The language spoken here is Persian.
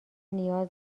نیاز